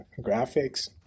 graphics